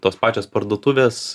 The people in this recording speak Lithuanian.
tos pačios parduotuvės